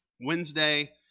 Wednesday